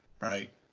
right